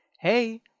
hey